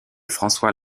françois